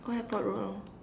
old-airport-road lor